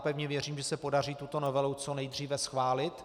Pevně věřím, že se podaří tuto novelu co nejdříve schválit.